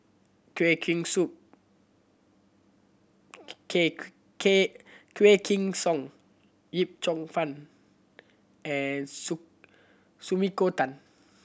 Quah Kim Quah Kim Song Yip Cheong Fun and Sumiko Tan